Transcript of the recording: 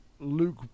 Luke